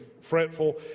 fretful